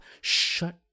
shut